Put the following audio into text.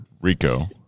Rico